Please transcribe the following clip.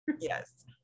Yes